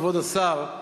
כבוד השר,